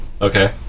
Okay